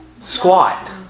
Squat